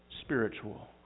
spiritual